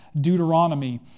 Deuteronomy